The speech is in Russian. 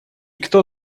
кто